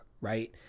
right